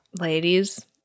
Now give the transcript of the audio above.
Ladies